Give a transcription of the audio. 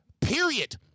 Period